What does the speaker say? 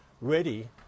ready